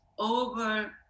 over